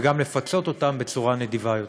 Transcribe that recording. וגם לפצות אותם בצורה נדיבה יותר.